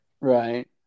Right